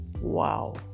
wow